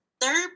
Third